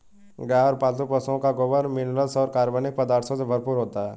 गाय और पालतू पशुओं का गोबर मिनरल्स और कार्बनिक पदार्थों से भरपूर होता है